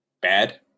bad